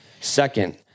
Second